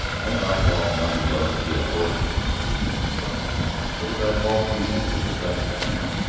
i'd like almighty well to get a horse between my knees. and ride! suppose i'd fall to pieces if i tried it right now?